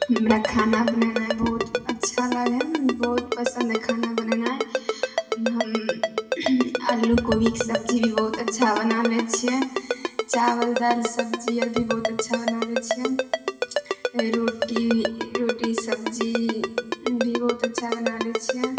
हमरा खाना बनेनाइ बहुत अच्छा लागै हइ बहुत पसन्द हइ खाना बनेनाइ हम आलू कोबीके सब्जी भी बहुत अच्छा बना लै छिए चावल दालि सब्जी आर भी बहुत अच्छा बना लै छिए रोटी रोटी सब्जी भी बहुत अच्छा बना लै छिए